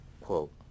quote